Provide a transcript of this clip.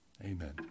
Amen